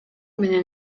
менен